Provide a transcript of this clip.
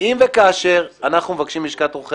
אם וכאשר אנחנו מבקשים מלשכת עורכי